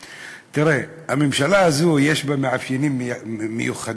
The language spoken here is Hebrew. תראה, הממשלה הזו, יש בה מאפיינים מיוחדים.